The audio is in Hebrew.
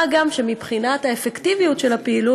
מה גם שמבחינת האפקטיביות של הפעילות,